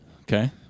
Okay